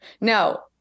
No